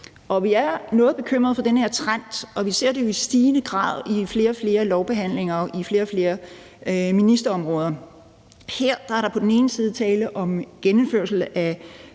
Vi er noget bekymret for den her trend, og vi ser det jo i stigende grad i flere og flere lovbehandlinger og på flere og flere ministerområder. Her er der på den ene side tale om en genindførelse af